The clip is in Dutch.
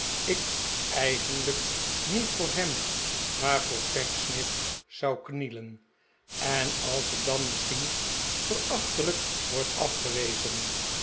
ik eigenlijk niet voor hem maar voor pecksniff zou knielen en als ik dan misschien verachtelijk word afgewezen